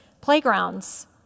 playgrounds